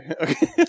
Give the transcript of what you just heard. Okay